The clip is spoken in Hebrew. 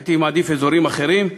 הייתי מעדיף אזורים אחרים.